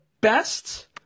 best